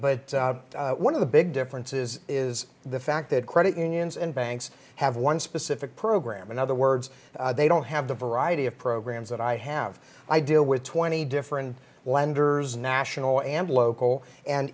but one of the big differences is the fact that credit unions and banks have one specific program in other words they don't have the variety of programs that i have i deal with twenty different lenders national and local and